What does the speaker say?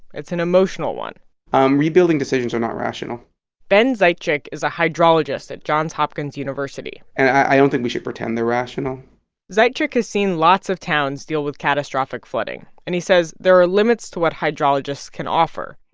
it's an emotional one um rebuilding decisions are not rational ben zaitchik is a hydrologist at johns hopkins university and i don't think we should pretend they're rational zaitchik has seen lots of towns deal with catastrophic flooding, and he says there are limits to what hydrologists can offer